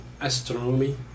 astronomy